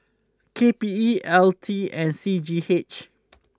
K P E L T and C G H